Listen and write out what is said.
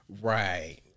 right